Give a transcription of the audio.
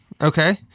Okay